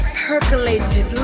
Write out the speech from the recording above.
percolated